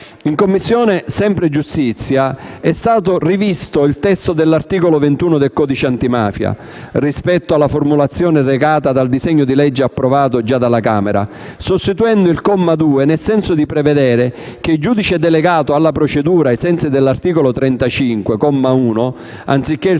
In Commissione giustizia è stato rivisto il testo dell'articolo 21 del codice antimafia - rispetto alla formulazione recata dal disegno di legge approvato dalla Camera - sostituendo il comma 2 nel senso di prevedere che il giudice delegato alla procedura, ai sensi dell'articolo 35, comma 1 (anziché il